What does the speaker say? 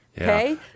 Okay